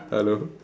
hello